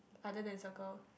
either than circle